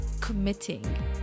committing